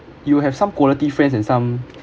you'll have some quality friends and some